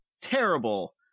Terrible